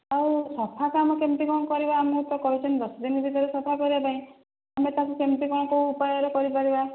ଆଉ ସଫା କାମ କେମିତି କ'ଣ କରିବା ଆମକୁ ତ କହିଛନ୍ତି ଦଶ ଦିନ ଭିତରେ ସଫା କରିବା ପାଇଁ ଆମେ ତାକୁ କେମିତି କ'ଣ କେଉଁ ଉପାୟରେ କରିପାରିବା